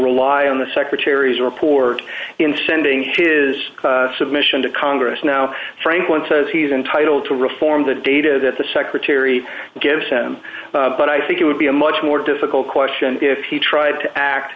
rely on the secretary's report in sending his submission to congress now franklin says he's entitled to reform the data that the secretary gives him but i think it would be a much more difficult question if he tried to act